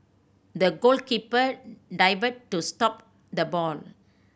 the goalkeeper dived to stop the ball